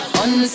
on